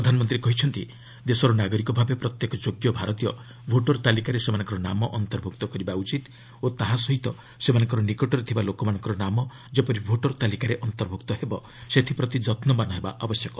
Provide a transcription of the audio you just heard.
ପ୍ରଧାନମନ୍ତ୍ରୀ କହିଛନ୍ତି ଦେଶର ନାଗରିକ ଭାବେ ପ୍ରତ୍ୟେକ ଯୋଗ୍ୟ ଭାରତୀୟ ଭୋଟର ତାଲିକାରେ ସେମାନଙ୍କ ନାମ ଅନ୍ତର୍ଭୁକ୍ତ କରିବା ଉଚିତ ଓ ତା' ସହିତ ସେମାନଙ୍କ ନିକଟରେ ଥିବା ଲୋକମାନଙ୍କର ନାମ ଯେପରି ଭୋଟର ତାଲିକାରେ ଅନ୍ତର୍ଭୁକ୍ତ ହେବ ସେଥିପ୍ରତି ଯତ୍ନବାନ ହେବା ଆବଶ୍ୟକ